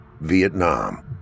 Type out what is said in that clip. Vietnam